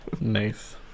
Nice